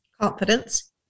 confidence